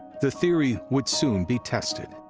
the theory would soon be tested,